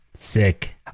Sick